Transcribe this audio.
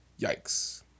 yikes